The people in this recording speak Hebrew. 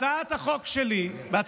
הצעת החוק שלי,